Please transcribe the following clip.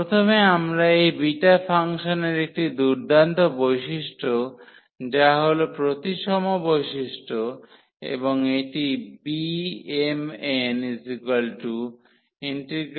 প্রথমে আমরা এই বিটা ফাংশনের একটি দুর্দান্ত বৈশিষ্ট্য যা হল প্রতিসম বৈশিষ্ট্য এবং এটি Bmn01xm 11 xn